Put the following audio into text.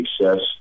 success